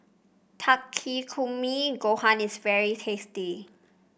Takikomi Gohan is very tasty